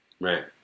Right